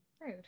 Rude